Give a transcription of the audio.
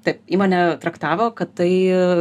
taip įmonė traktavo kad tai